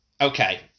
Okay